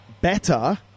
better